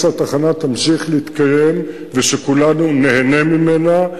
שהתחנה תמשיך להתקיים ושכולנו ניהנה ממנה,